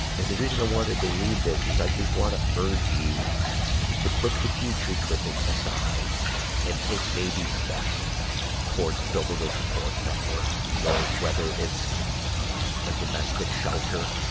and the reason i wanted to read this is i just wanna urge you to put the future-tripping aside and take baby steps towards building a support network. you know, whether it's a domestic shelter,